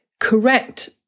Correct